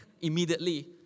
immediately